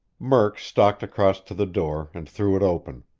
murk stalked across to the door and threw it open.